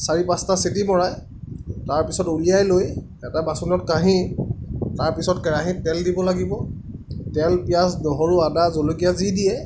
চাৰি পাঁচটা চিটি মৰাই তাৰপিছত উলিয়াই লৈ এটা বাচনত কাঢ়ি তাৰপিছত কেৰাহিত তেল দিব লাগিব তেল পিঁয়াজ নহৰু আদা জলকীয়া যি দিয়ে